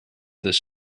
this